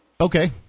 Okay